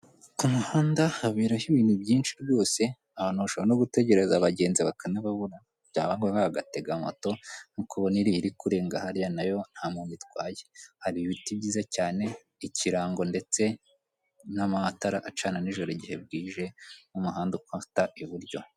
Ku muhanda haberaho ibintu byinshi rwose, abantu bashobora no gutegereza abagenzi bakanababura, byaba ngombwa bagatega moto nk'uko ubona iriya iri kurenga hariya na yo nta muntu itwaye. Hari ibiti byiza cyane, ikirango ndetse n'amatara acana nijoro igihe bwije n'umuhanda ukata iburyo.